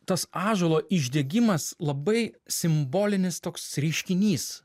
tas ąžuolo išdegimas labai simbolinis toks reiškinys